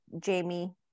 Jamie